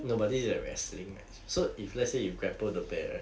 no but this is like wrestling leh so if let's say you grapple the bear right